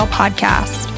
podcast